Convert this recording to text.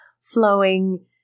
flowing